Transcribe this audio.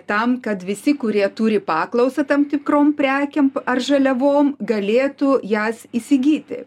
tam kad visi kurie turi paklausą tam tikrom prekėm ar žaliavom galėtų jas įsigyti